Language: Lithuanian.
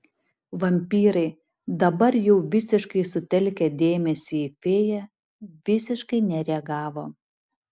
vampyrai dabar jau visiškai sutelkę dėmesį į fėją visiškai nereagavo